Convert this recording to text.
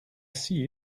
see